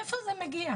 מאיפה זה מגיע?